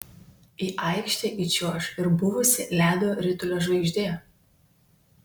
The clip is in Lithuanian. į aikštę įčiuoš ir buvusi ledo ritulio žvaigždė